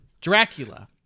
Dracula